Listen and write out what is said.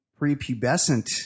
prepubescent